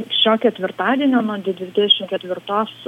šio ketvirtadienio nuo dvidešim ketvirtos